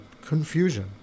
confusion